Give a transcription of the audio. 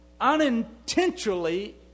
unintentionally